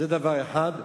זה דבר אחד.